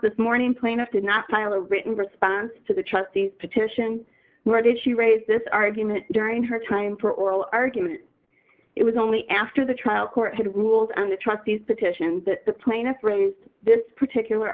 this morning plaintiff did not file a written response to the trustee petition where did she raise this argument during her time for oral argument it was only after the trial court had ruled on the trustees petition that the plaintiff raised this particular